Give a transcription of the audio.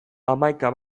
hamaika